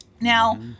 Now